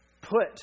put